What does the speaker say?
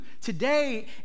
today